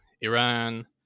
Iran